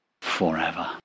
forever